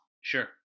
Sure